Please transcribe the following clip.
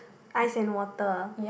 ice and water